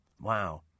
Wow